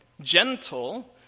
gentle